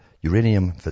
uranium